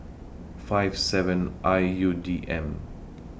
five seven I U D M